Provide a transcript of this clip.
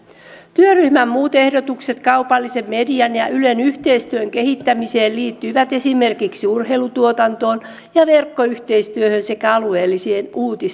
työryhmän muut ehdotukset kaupallisen median ja ylen yhteistyön kehittämiseen liittyvät esimerkiksi urheilutuotantoon ja verkkoyhteistyöhön sekä alueellisiin